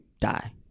die